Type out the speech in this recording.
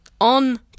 on